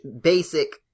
basic